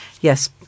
Yes